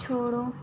छोड़ो